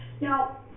Now